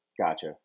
Gotcha